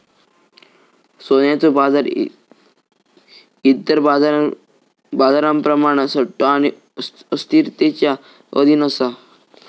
सोन्याचो बाजार इतर बाजारांप्रमाण सट्टो आणि अस्थिरतेच्या अधीन असा